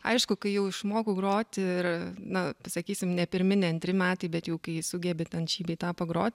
aišku kai jau išmokau groti ir na sakysim ne pirmi ne antri metai bet jau kai sugebi tad šį bei tą pagrot